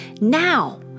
now